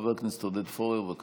חבר הכנסת עודד פורר, בבקשה.